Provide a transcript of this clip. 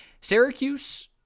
Syracuse